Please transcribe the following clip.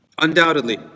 Undoubtedly